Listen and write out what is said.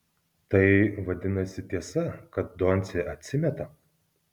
tai vadinasi tiesa kad doncė atsimeta